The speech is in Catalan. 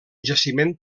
jaciment